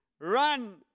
Run